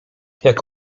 jak